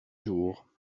jour